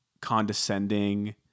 condescending